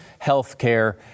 healthcare